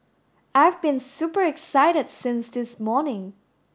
I've been super excited since this morning